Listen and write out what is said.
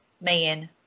man